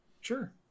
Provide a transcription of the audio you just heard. sure